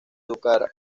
educar